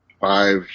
five